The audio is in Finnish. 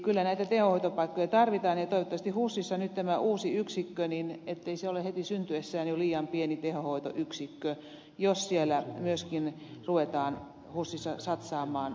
kyllä näitä tehohoitopaikkoja tarvitaan ja toivottavasti husissa nyt tämä uusi yksikkö ei ole jo heti syntyessään liian pieni tehohoitoyksikkö jos myöskin ruvetaan husissa satsaamaan reumapotilaitten hoitoon